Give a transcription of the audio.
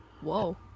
Whoa